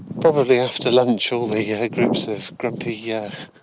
probably after lunch all the yeah groups of grumpy, yeah